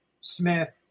Smith